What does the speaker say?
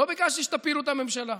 לא ביקשתי שתפילו את הממשלה.